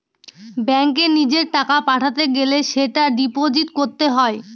ব্যাঙ্কে নিজের টাকা পাঠাতে গেলে সেটা ডিপোজিট করতে হয়